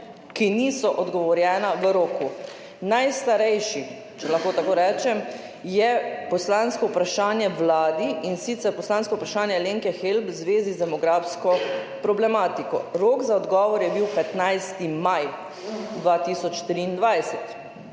ki niso odgovorjena v roku. Najstarejše, če lahko tako rečem, je poslansko vprašanje vladi, in sicer poslansko vprašanje Alenke Helbl v zvezi z demografsko problematiko. Rok za odgovor je bil 15. maj 2023.